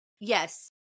yes